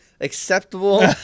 acceptable